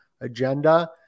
agenda